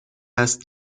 است